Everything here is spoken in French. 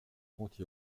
compte